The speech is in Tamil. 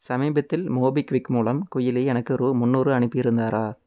சமீபத்தில் மோபிக்விக் மூலம் குயிலி எனக்கு ரூ முந்நூறு அனுப்பியிருந்தாரா